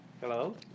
hello